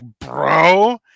bro